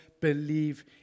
believe